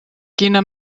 quina